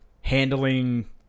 handling